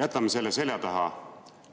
Jätame selle seljataha,